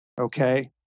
okay